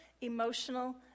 emotional